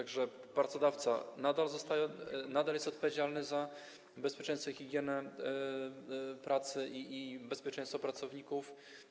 Tak że pracodawca nadal zostaje, nadal jest odpowiedzialny za bezpieczeństwo i higienę pracy i bezpieczeństwo pracowników.